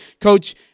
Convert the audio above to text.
Coach